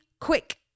quick